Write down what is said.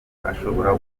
ashobora